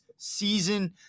Season